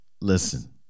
listen